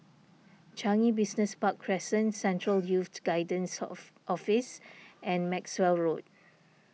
Changi Business Park Crescent Central Youth Guidance of Office and Maxwell Road